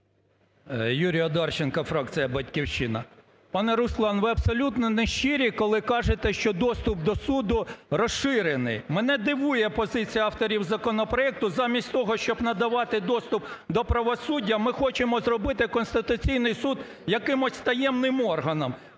Юрій Одарченко, фракція "Батьківщина". Пане Руслан, ви абсолютно нещирі, коли кажете, що доступ до суду розширений. Мене дивує позиція авторів законопроекту. Замість того, щоб надавати доступ до правосуддя, ми хочемо зробити Конституційний Суд якимось таємним органом.